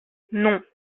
non